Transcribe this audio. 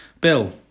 Bill